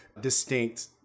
distinct